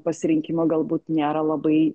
pasirinkimo galbūt nėra labai